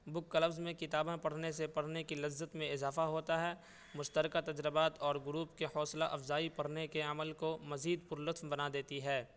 بک clubs میں کتابیں پڑھنے سے پڑھنے کی لذت میں اضافہ ہوتا ہے مشترکہ تجربات اور گروپ کے حوصلہ افزائی پڑھنے کے عمل کو مزید پرلطف بنا دیتی ہے